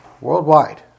worldwide